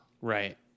Right